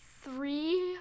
three